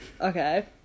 okay